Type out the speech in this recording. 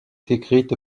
écrite